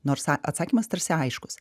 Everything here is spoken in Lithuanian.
nors atsakymas tarsi aiškus